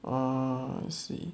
ah I see